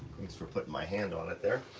thanks for putting my hand on it, there,